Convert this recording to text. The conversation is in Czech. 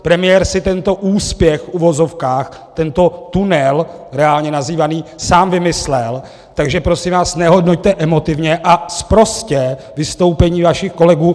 Premiér si tento úspěch, v uvozovkách, tento tunel reálně nazývaný, sám vymyslel, takže prosím vás nehodnoťte emotivně a sprostě vystoupení vašich kolegů!